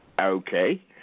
Okay